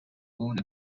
own